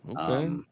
Okay